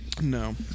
No